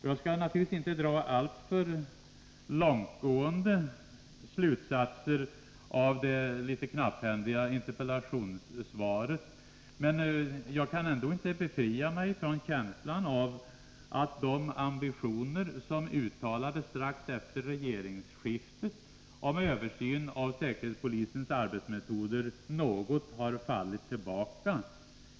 Jag skall naturligtvis inte dra långtgående slutsatser av det något knapphändiga interpellationssvaret, men jag kan inte befria mig från känslan av att de ambitioner som uttalades omedelbart efter regeringsskiftet om översyn av säkerhetspolisens arbetsmetoder något har avtagit.